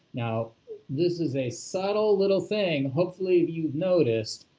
now this is a subtle little thing, hopefully, you've noticed,